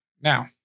Now